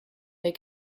der